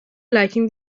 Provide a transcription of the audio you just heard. liking